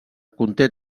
conté